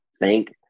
thank